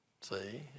See